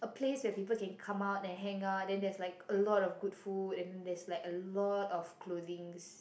a place where people can come out and hang out then there's like a lot of good food and then there's a lot of clothings